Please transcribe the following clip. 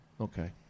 Okay